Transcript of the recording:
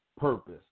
purpose